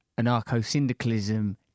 anarcho-syndicalism